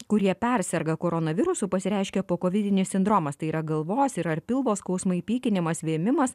kurie perserga koronavirusu pasireiškia pokovidinis sindromas tai yra galvos ir ar pilvo skausmai pykinimas vėmimas